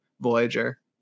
Voyager